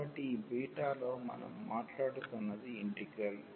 కాబట్టి ఈ బీటాలో మనం మాట్లాడుతున్నది ఇంటిగ్రల్